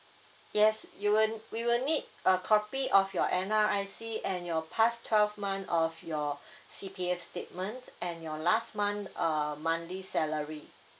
yes you will we will need a copy of your N_R_I_C and your past twelve month of your C_P_F statement and your last month uh monthly salary